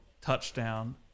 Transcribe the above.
touchdown